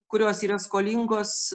kurios yra skolingos